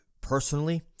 personally